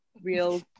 real